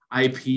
IP